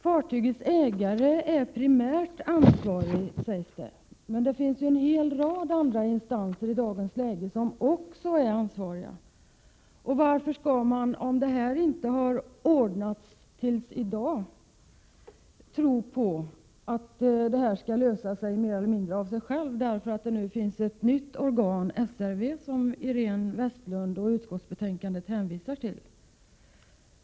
Fartygets ägare är primärt ansvarig, sägs det. Men i dagens läge finns det ju en hel rad andra instanser som också är ansvariga. Om det här inte har ordnats tills i dag, varför skall man då tro att detta skall lösa sig mer eller mindre av sig självt därför att det nu finns ett nytt organ, SRV, som Iréne Vestlund och utskottet hänvisar till.